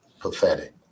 pathetic